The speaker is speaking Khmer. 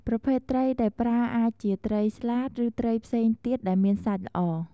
ប្រភេទត្រីដែលប្រើអាចជាត្រីស្លាត ឬត្រីផ្សេងទៀតដែលមានសាច់ល្អ។